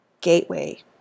gateway